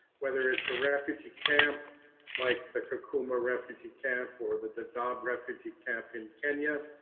whether it's a refugee camp like the kakuma refugee camp or the dadaab refugee camp in kenya,